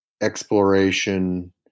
exploration